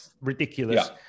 ridiculous